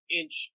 inch